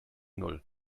null